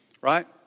right